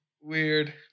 Weird